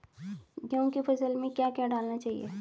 गेहूँ की फसल में क्या क्या डालना चाहिए?